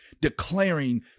declaring